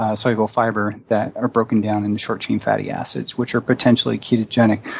ah soluble fiber that are broken down into short-chain fatty acids, which are potentially ketogenic,